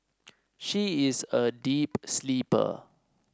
she is a deep sleeper